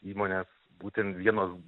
įmonės būtent vienos